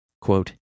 quote